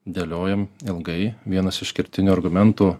dėliojame ilgai vienas iš kertinių argumentų